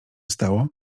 stało